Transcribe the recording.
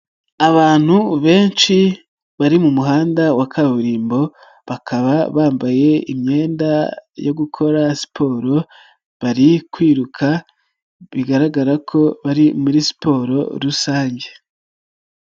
Abantu benshi bari mu muhanda wa kaburimbo bakaba bambaye imyenda yo gukora siporo bari kwiruka bigaragara ko bari muri siporo rusange.